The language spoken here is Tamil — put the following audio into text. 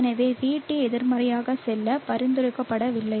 எனவே VT எதிர்மறையாக செல்ல பரிந்துரைக்கப்படவில்லை